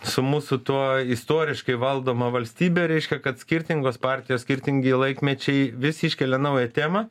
su mūsų tuo istoriškai valdoma valstybe reiškia kad skirtingos partijos skirtingi laikmečiai vis iškelia naują temą